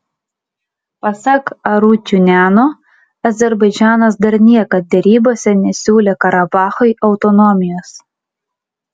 pasak arutiuniano azerbaidžanas dar niekad derybose nesiūlė karabachui autonomijos